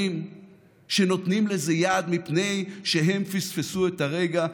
שנותנים לזה יד מפני שהם פספסו את הרגע.